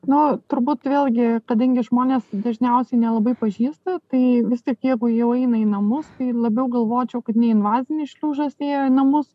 nu turbūt vėlgi kadangi žmonės dažniausiai nelabai pažįsta tai vis tik jeigu jau eina į namus labiau galvočiau kad neinvazinis šliužas ėjo į namus